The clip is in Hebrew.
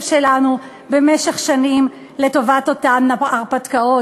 שלנו במשך שנים לטובת אותן הרפתקאות.